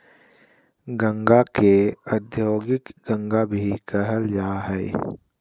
गांजा के औद्योगिक गांजा भी कहल जा हइ